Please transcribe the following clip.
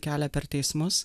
kelia per teismus